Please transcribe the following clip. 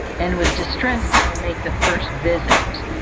and was distressed how to make the first visit.